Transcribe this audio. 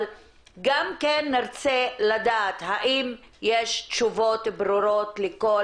אבל גם כן נרצה לדעת האם יש תשובות ברורות לכל